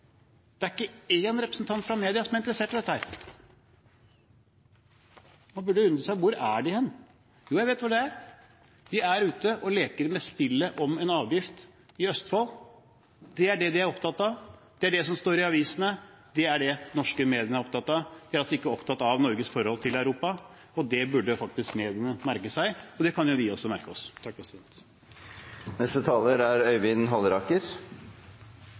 det er ikke én representant fra media som er interessert i dette her. Man burde jo undre seg: Hvor er de hen? Jo, jeg vet hvor de er. De er ute og leker med spillet om en avgift i Østfold. Det er det de er opptatt av, det er det som står i avisene, det er det de norske mediene er opptatt av. De er altså ikke opptatt av Norges forhold til Europa. Det burde faktisk mediene merke seg, og det kan jo vi også merke oss.